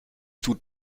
tut